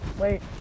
Wait